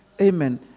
Amen